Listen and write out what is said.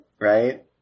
right